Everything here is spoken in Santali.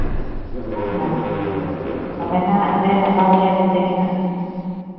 ᱦᱮᱸ ᱛᱚᱵᱮ ᱜᱮ ᱦᱟᱸᱜ ᱞᱮ ᱦᱟᱛᱟᱣ ᱜᱮᱭᱟ ᱡᱮᱛᱮ ᱜᱮ ᱦᱟᱸᱜ